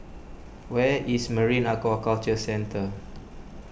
where is Marine Aquaculture Centre